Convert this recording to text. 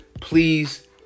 Please